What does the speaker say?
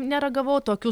neragavau tokių